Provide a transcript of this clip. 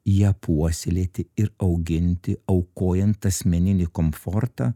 ją puoselėti ir auginti aukojant asmeninį komfortą